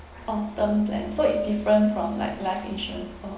long term plan so it's different from like life insurance